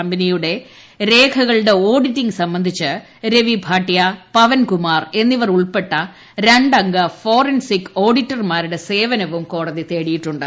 കമ്പനിയുടെ രേഖകളുടെ ഓഡിറ്റിംഗ് സംബന്ധിച്ച് രവി ഭാട്ടിയ പവൻകുമാർ എന്നിവർ ഉൾപ്പെട്ട രണ്ടംഗ ഫോറൻസിക് ഓഡിറ്റർമാരുടെ സേവനവും കോടതി തേടിയിട്ടുണ്ട്